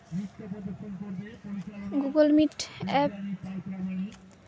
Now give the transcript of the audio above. Google meet app